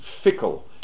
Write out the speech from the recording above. fickle